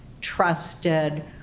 trusted